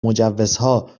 مجوزها